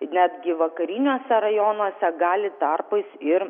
netgi vakariniuose rajonuose gali tarpais ir